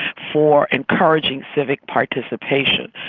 for encouraging civic participation.